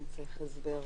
אם צריך הסבר,